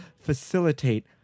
facilitate